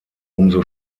umso